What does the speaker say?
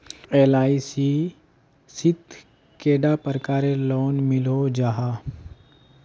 LIC शित कैडा प्रकारेर लोन मिलोहो जाहा?